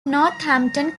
northampton